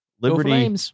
Liberty